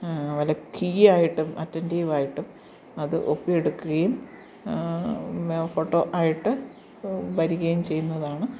വല്ല കീയായിട്ടും അറ്റന്റീവായിട്ടും അത് ഒപ്പിയെടുക്കുകയും ഫോട്ടോ ആയിട്ട് വരികയും ചെയ്യുന്നതാണ്